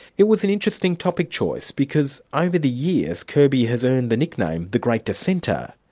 it was an interesting topic choice, because over the years, kirby has earned the nickname the great dissenter,